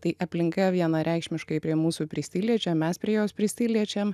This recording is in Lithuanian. tai aplinka vienareikšmiškai prie mūsų prisiliečia mes prie jos prisiliečiam